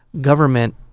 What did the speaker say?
government